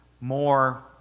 more